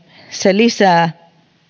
se lisää